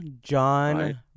John